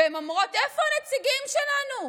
הן אומרות: איפה הנציגים שלנו?